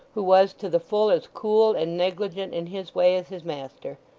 who was to the full as cool and negligent in his way as his master,